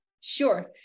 Sure